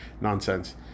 nonsense